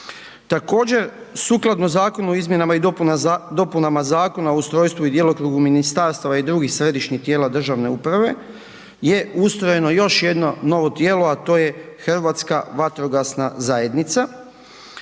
Također, sukladno Zakonu o izmjenama i dopunama Zakona o ustrojstvu i djelokrugu ministarstava i drugih središnjih tijela državne uprave je ustrojeno još jedno novo tijelo, a to je Hrvatska vatrogasna zajednica.